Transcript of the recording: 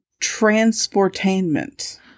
transportainment